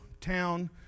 town